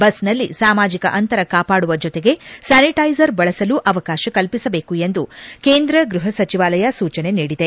ಬಸ್ನಲ್ಲಿ ಸಾಮಾಜಿಕ ಅಂತರ ಕಾಪಾಡುವ ಜತೆಗೆ ಸ್ಥಾನಿಟೈಸರ್ ಬಳಸಲು ಅವಕಾಶ ಕಲ್ಪಿಸಬೇಕು ಎಂದು ಕೇಂದ್ರ ಗೃಹ ಸಚಿವಾಲಯ ಸೂಚನೆ ನೀಡಿದೆ